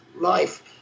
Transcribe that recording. life